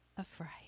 afraid